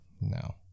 No